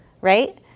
right